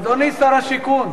אדוני שר השיכון,